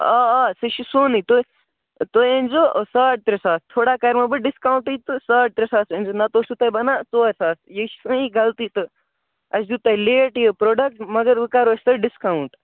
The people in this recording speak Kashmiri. آ آ سُہ چھُ سونُے تُہۍ تُہۍ أنۍزیٚو ساڑ ترٛےٚ ساس تھوڑا کَرہو بہٕ ڈِسکاوُنٛٹٕے تہٕ ساڑ ترٛےٚ ساس أنۍزیٚو نَتہٕ اوسوٕ تۄہہِ بَنان ژور ساس یہِ چھِ سٲنۍ غلطی تہٕ اَسہِ دیُت تۄہہِ لیٹ یہِ پرٛوڈَکٹہٕ مگر وۅنۍ کَرو أسۍ تۄہہِ ڈِسکاوُنٛٹ